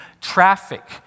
traffic